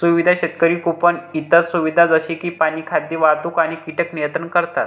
सुविधा शेतकरी कुंपण इतर सुविधा जसे की पाणी, खाद्य, वाहतूक आणि कीटक नियंत्रण करतात